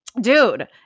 dude